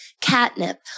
catnip